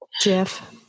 Jeff